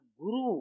guru